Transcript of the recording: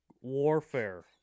warfare